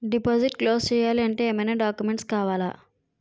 Deposit close చేయాలి అంటే ఏమైనా డాక్యుమెంట్స్ కావాలా?